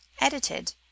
edited